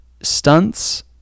Stunts